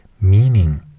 meaning